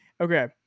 Okay